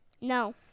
No